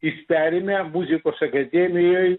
jis perėmė muzikos akademijoj